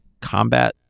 combat